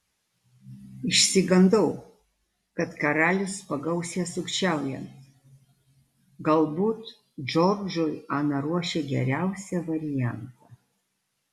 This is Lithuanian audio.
išsigandau kad karalius pagaus ją sukčiaujant galbūt džordžui ana ruošė geriausią variantą